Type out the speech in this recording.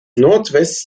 nordwest